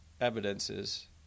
evidences